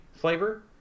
flavor